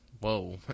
Whoa